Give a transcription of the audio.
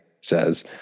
says